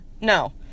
no